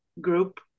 group